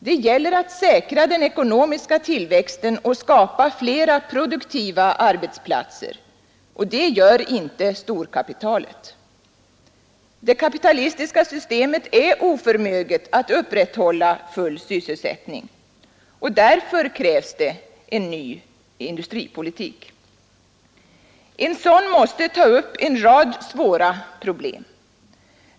Det gäller att säkra den ekonomiska tillväxten och skapa flera produktiva arbetsplatser, vilket storkapitalet inte gör. Det kapitalistiska systemet är oförmöget att upprätthålla full sysselsättning. Därför krävs en ny politik. En ny industripolitik måste ta upp en rad svåra problem.